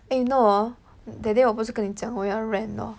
eh you know hor that day 我不是跟你讲要 rant lor